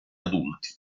adulti